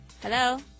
Hello